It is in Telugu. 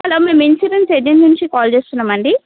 హలో మేము ఇన్షూరెన్స్ ఏజెంట్ నుంచి కాల్ చేస్తున్నాం అండి